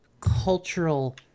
cultural